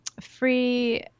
free